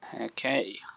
Okay